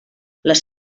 les